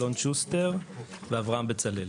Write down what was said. אלון שוסטר ואברהם בצלאל.